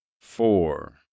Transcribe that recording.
four